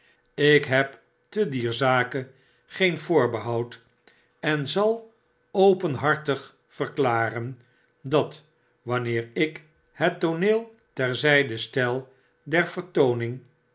ik heb te dier zake geen voorbehoud en zal openhartig verklaren dat wanneer ik het tooneel ter zyde stel der vertooning